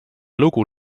lugu